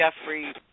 Jeffrey